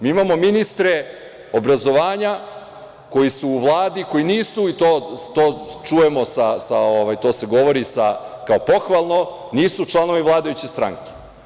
Mi imamo ministre obrazovanja koji su u Vladi koji nisu, to čujemo, to se govori kao pohvalno, nisu članovi vladajuće stranke.